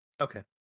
Okay